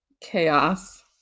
Chaos